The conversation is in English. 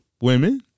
Women